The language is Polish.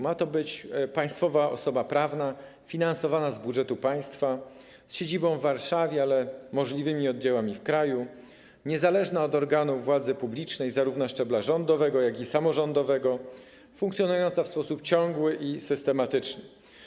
Ma to być państwowa osoba prawna finansowana z budżetu państwa, z siedzibą w Warszawie, ale z możliwymi oddziałami w kraju, niezależna od organów władzy publicznej zarówno szczebla rządowego, jak i samorządowego, funkcjonująca w sposób ciągły i systematyczny.